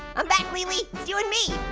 i'm back, lili! you and me.